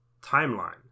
timeline